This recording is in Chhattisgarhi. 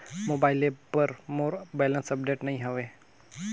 मोबाइल ऐप पर मोर बैलेंस अपडेट नई हवे